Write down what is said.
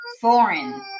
foreign